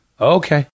Okay